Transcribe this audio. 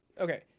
okay